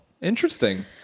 interesting